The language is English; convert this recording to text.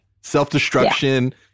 Self-destruction